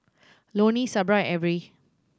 Loney Sabra Averie